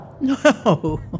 No